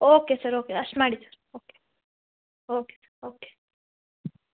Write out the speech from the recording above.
okay sir okay ಅಷ್ಟು ಮಾಡಿ sir okay okay okay okay